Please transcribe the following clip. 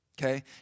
Okay